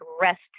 rest